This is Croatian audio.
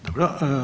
Dobro.